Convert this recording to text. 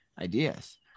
ideas